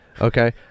okay